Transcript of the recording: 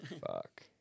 Fuck